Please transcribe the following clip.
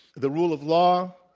the rule of law,